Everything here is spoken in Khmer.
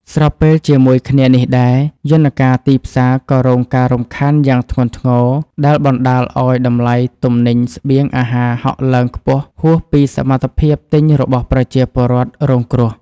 ស្របពេលជាមួយគ្នានេះដែរ យន្តការទីផ្សារក៏រងការរំខានយ៉ាងធ្ងន់ធ្ងរ ដែលបណ្តាលឱ្យតម្លៃទំនិញស្បៀងអាហារហក់ឡើងខ្ពស់ហួសពីសមត្ថភាពទិញរបស់ប្រជាពលរដ្ឋរងគ្រោះ។